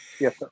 yes